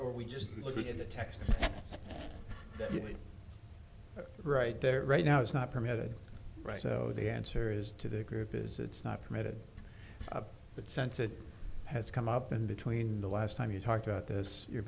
or we just look at the text right there right now it's not permitted right so the answer is to the group is it's not permitted but sense it has come up in between the last time you talked about this you're